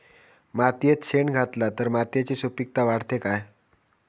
मातयेत शेण घातला तर मातयेची सुपीकता वाढते काय?